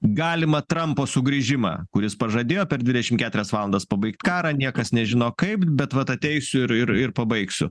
galimą trampo sugrįžimą kuris pažadėjo per dvidešim keturias valandas pabaigt karą niekas nežino kaip bet vat ateisiu ir ir ir pabaigsiu